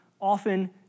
often